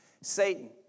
Satan